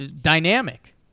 Dynamic